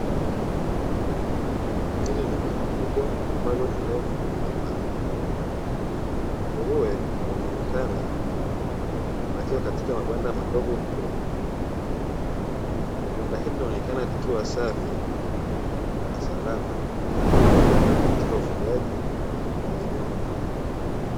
Hili ni banda kubwa ambalo ni refu na pana, nguruwe wanaonekana katika mabanda madogo madogo. Banda hilo linaonekana likiwa safi na salama katika ufugaji wa wanyama hao.